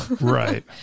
Right